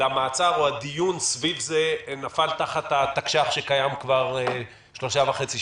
למעצר או הדיון סביב נפל תחת התקש"ח שקיים כבר שלושה וחצי שבועות?